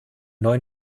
neuen